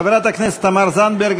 חברת הכנסת תמר זנדברג,